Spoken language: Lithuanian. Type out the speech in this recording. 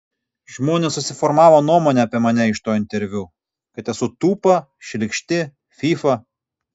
žmonės susiformavo nuomonę apie mane iš to interviu kad esu tūpa šlykšti fyfa